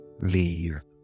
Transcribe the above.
leave